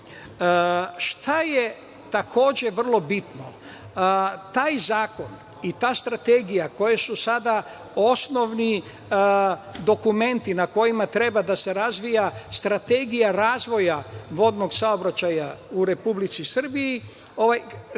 je, takođe, vrlo bitno? Taj zakon i ta Strategija su sada osnovni dokumenti na kojima treba da se razvija Strategija razvoja vodnog saobraćaja u Republici Srbiji.